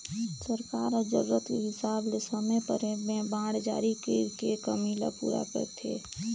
सरकार ह जरूरत के हिसाब ले समे परे में बांड जारी कइर के कमी ल पूरा करथे